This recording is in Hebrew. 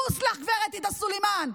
בוז לך, גב' עאידה סלימאן.